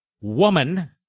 woman